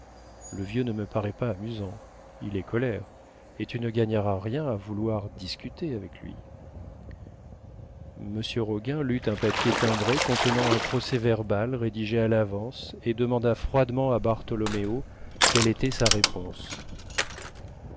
le vieux ne me paraît pas amusant il est colère et tu ne gagneras rien à vouloir discuter avec lui monsieur roguin lut un papier timbré contenant un procès-verbal rédigé à l'avance et demanda froidement à bartholoméo quelle était sa réponse